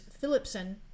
Philipson